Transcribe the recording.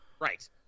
Right